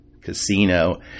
casino